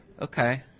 Okay